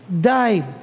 died